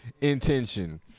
Intention